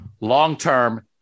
Long-term